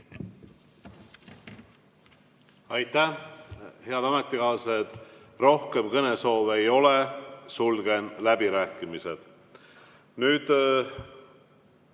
Aitäh! Head ametikaaslased, rohkem kõnesoove ei ole. Sulgen läbirääkimised.